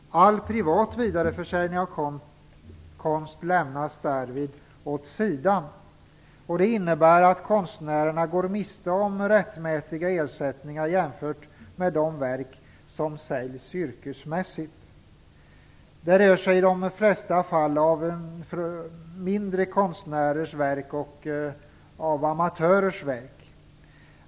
All privat vidareförsäljning av konst lämnas därvid åt sidan. Det innebär att konstnärerna går miste om rättmätiga ersättningar jämfört med när verk säljs yrkesmässigt. Det rör sig i de flesta fall om verk av mindre kända konstnärer och amatörer.